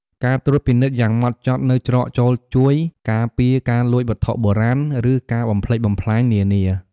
ការត្រួតពិនិត្យយ៉ាងហ្មត់ចត់នៅច្រកចូលជួយ ការពារការលួចវត្ថុបុរាណ ឬការបំផ្លិចបំផ្លាញ នានា។